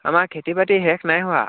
আমাৰ খেতি বাতি শেষ নাই হোৱা